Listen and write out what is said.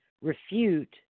refute